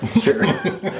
Sure